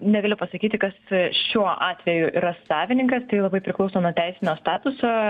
negaliu pasakyti kas šiuo atveju yra savininkas tai labai priklauso nuo teisinio statuso